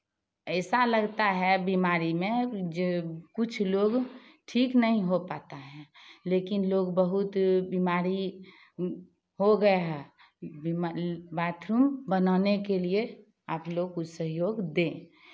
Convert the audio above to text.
ऐसा लगता है बीमारी में जे कुछ लोग ठीक नहीं हो पाते हैं लेकिन लोग बहुत बीमारी हो गए हैं बाथरूम बनाने के लिए आप लोग कुछ सहेयोग दें